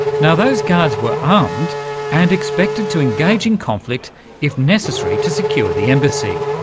now, those guards were armed and expected to engage in conflict if necessary to secure the embassy.